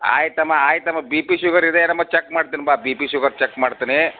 ಆಯಿತಮ್ಮ ಆಯಿತಮ್ಮ B P sugar ಇದೆ ಏನಮ್ಮ ಚೆಕ್ ಮಾಡ್ತೀನಿ ಬಾ ಬಿ ಪಿ ಶುಗರ್ ಚೆಕ್ ಮಾಡ್ತೇನೆ